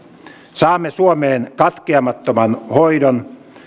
saamme suomeen katkeamattoman hoidon